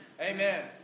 Amen